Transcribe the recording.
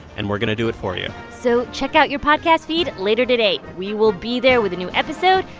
and we're going to do it for you so check out your podcast feed later today. we will be there with a new episode,